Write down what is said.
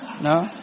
No